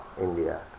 India